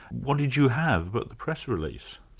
what did you have but the press release?